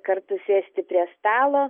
kartu sėsti prie stalo